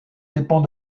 dépens